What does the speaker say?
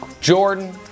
Jordan